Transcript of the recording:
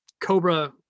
Cobra